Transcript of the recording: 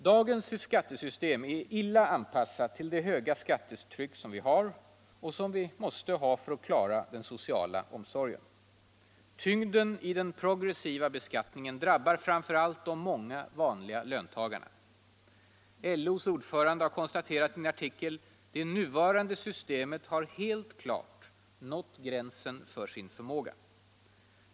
Dagens skattesystem är dåligt anpassat till det höga skattetryck som råder och som vi måste ha för att klara den sociala omsorgen. Tyngden i den progressiva beskattningen drabbar framför allt de många vanliga löntagarna. ”Det nuvarande systemet har helt klart nått gränsen för sin förmåga”, konstaterar LO:s ordförande i en artikel.